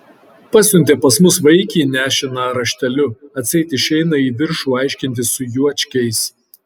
pasiuntė pas mus vaikį nešiną rašteliu atseit išeina į viršų aiškintis su juočkiais